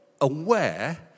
aware